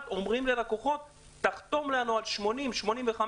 אומרים ללקוחות: תחתום לנו על 80%,85%,